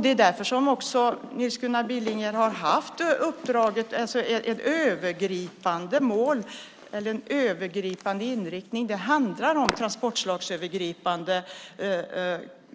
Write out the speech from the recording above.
Det är också därför Nils Gunnar Billinger har haft uppdraget med en övergripande inriktning. Det handlar om transportslagsövergripande